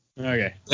Okay